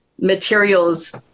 materials